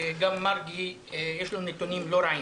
גם מרגי יש לו נתונים לא רעים.